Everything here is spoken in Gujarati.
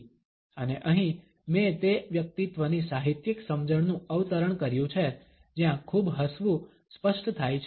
અને અહીં મેં તે વ્યક્તિત્વની સાહિત્યિક સમજણનું અવતરણ કર્યું છે જ્યાં ખૂબ હસવું સ્પષ્ટ થાય છે